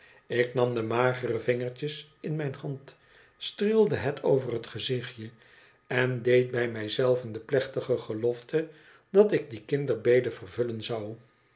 ik nam de magere vingertjes in mijn hand streelde het over het gezichtje en deed bij mij zelven de plechtige gelofte dat ik die kinderbede vervullen zou